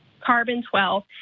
carbon-12